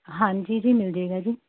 ਹਾਂਜੀ ਜੀ ਮਿਲ ਜਾਏਗਾ ਜੀ